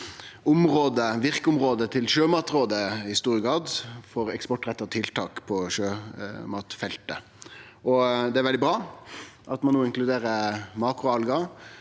verkeområdet til Sjømatrådet i stor grad for eksportretta tiltak på sjømatfeltet. Det er veldig bra at ein òg inkluderer makroalgar.